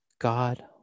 God